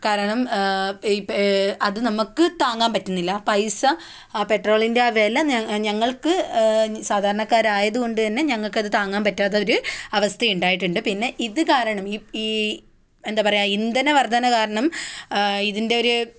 കാരണം ഇപ്പം അത് നമുക്ക് താങ്ങാൻ പറ്റുന്നില്ല പൈസ ആ പെട്രോളിൻ്റെ ആ വില ഞങ്ങൾക്ക് സാധാരണക്കാരായതുകൊണ്ട് തന്നെ ഞങ്ങൾക്ക് അത് താങ്ങാൻ പറ്റാത്ത ഒരു അവസ്ഥ ഉണ്ടായിട്ടുണ്ട് പിന്നെ ഇത് കാരണം ഈ എന്താണ് പറയുക ഇന്ധന വർദ്ധന കാരണം ഇതിൻ്റെ ഒരു